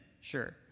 sure